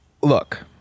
Look